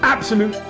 Absolute